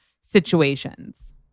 situations